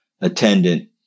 attendant